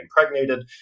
impregnated